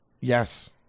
Yes